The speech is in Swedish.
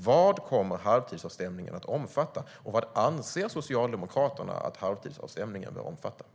Vad kommer halvtidsavstämningen att omfatta, och vad anser Socialdemokraterna att halvtidsavstämningen bör omfatta?